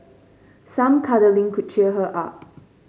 some cuddling could cheer her up